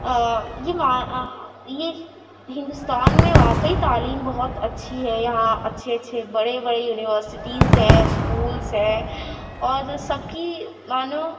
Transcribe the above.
آ جی ما آ یہ ہندوستان میں واقعی تعلیم بہت اچھی ہے یہاں اچھے اچھے بڑے بڑے یونیورسٹیز ہیں اسکولس ہیں اور سب کی مانو